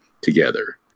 together